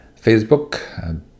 Facebook